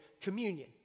communion